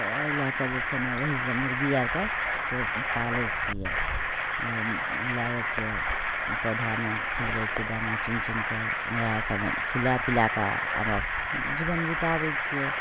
तऽ एहि लैके जे छै ने ओहि से मुर्गी आरके से पालैत छियै लै जाय छियै पौधामे खिलबै छियै दाना चुनि चुनिके ओएह सब खिलाए पिलाएके आ बस जीबन बीताबैत छियै